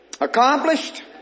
Accomplished